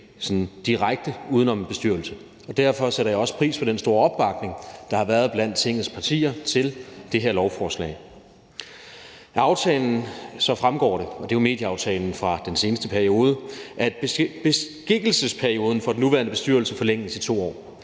direkte uden om en bestyrelse. Og derfor sætter jeg også pris på den store opbakning, der har været blandt Tingets partier, til det her lovforslag. Af aftalen fremgår det – det er jo medieaftalen fra den seneste periode – at beskikkelsesperioden for den nuværende bestyrelse forlænges i 2 år.